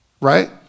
right